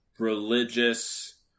Religious